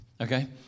okay